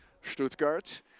stuttgart